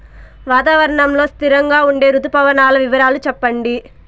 వాతావరణం లో స్థిరంగా ఉండే రుతు పవనాల వివరాలు చెప్పండి?